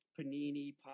panini